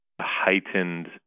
heightened